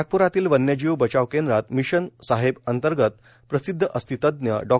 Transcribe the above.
नागपुरातील वब्यजीव बवाव केंद्रात मिशन साहेब अंतर्गत प्रसिद्ध अस्थितझ डॉ